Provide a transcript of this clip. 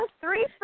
three